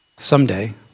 Someday